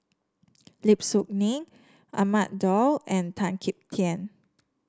Lim Soo Ngee Ahmad Daud and Tan Kim Tian